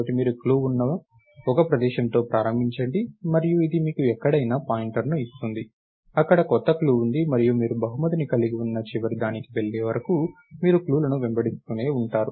కాబట్టి మీరు క్లూ ఉన్న ఒక ప్రదేశంతో ప్రారంభించండి మరియు ఇది మీకు మరెక్కడైనా పాయింటర్ను ఇస్తుంది అక్కడ కొత్త క్లూ ఉంది మరియు మీరు బహుమతిని కలిగి ఉన్న చివరి దానికి వెళ్లే వరకు మీరు క్లూలను వెంబడిస్తూనే ఉంటారు